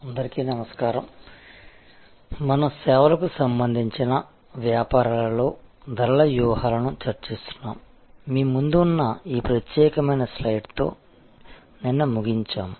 అందరికీ నమస్కారంమనం సేవలకు సంబంధించిన వ్యాపారాలలో ధరల వ్యూహాలను చర్చిస్తున్నాము మీ ముందు ఉన్న ఈ ప్రత్యేకమైన స్లైడ్తో నిన్న ముగించాము